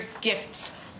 gifts